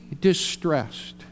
distressed